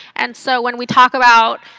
and so when we talk about,